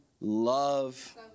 love